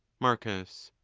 marcus.